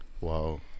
Wow